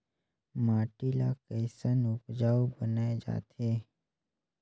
माटी ला कैसन उपजाऊ बनाय जाथे?